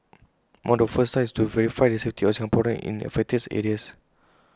among the first tasks is to verify the safety of Singaporeans in affected areas